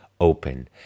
open